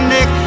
Nick